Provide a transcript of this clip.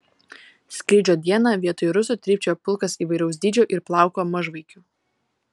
skrydžio dieną vietoj rusų trypčiojo pulkas įvairaus dydžio ir plauko mažvaikių